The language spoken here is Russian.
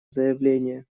заявление